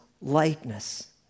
likeness